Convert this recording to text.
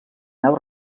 nau